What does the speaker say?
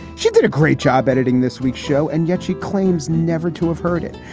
she did a great job editing this week's show and yet she claims never to have heard it.